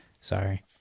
sorry